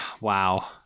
Wow